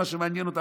מה שמעניין אותם,